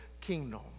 kingdom